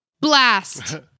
Blast